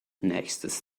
nächstes